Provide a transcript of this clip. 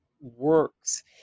works